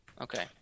Okay